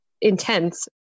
intense